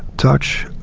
touch,